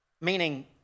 meaning